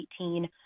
2018